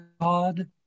God